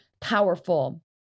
powerful